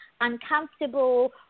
uncomfortable